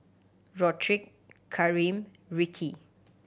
Rodrick Karim Rikki